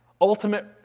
ultimate